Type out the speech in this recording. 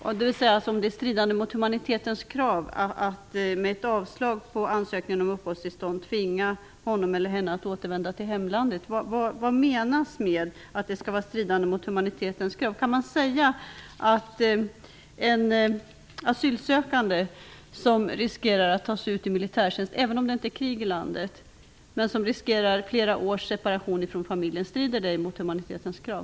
I svaret talas om att det skall vara ''stridande mot humanitetens krav att med ett avslag på ansökningen om upphållstillstånd tvinga honom eller henne att återvända till hemlandet''. Vad menas med det? När en asylsökande riskerar att tas ut till militärtjänst, även om det inte är krig i landet, och då riskerar flera års separation från familjen, strider det mot humanitetens krav?